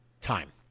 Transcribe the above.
time